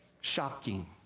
Shocking